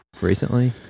recently